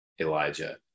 Elijah